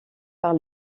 par